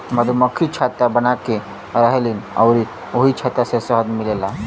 मधुमक्खि छत्ता बनाके रहेलीन अउरी ओही छत्ता से शहद मिलेला